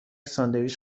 ساندویچ